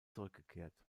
zurückgekehrt